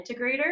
integrator